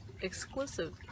exclusive